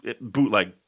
bootleg